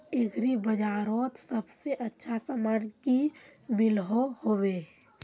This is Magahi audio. एग्री बजारोत सबसे अच्छा सामान की मिलोहो होबे?